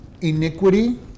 iniquity